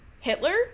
Hitler